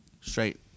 straight